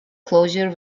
closure